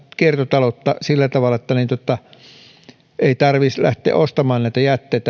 kiertotaloutta sillä tavalla että jätelaitoksien ei tarvitsisi lähteä ostamaan jätteitä